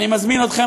אני מזמין אתכם,